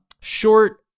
short